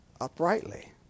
uprightly